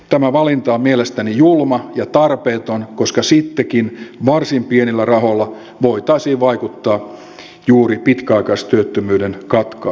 tämä valinta on mielestäni julma ja tarpeeton koska sittenkin varsin pienillä rahoilla voitaisiin vaikuttaa juuri pitkäaikaistyöttömyyden katkaisuun